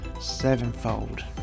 Sevenfold